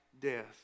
death